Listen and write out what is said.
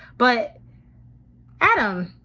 but adam,